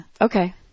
Okay